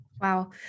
Wow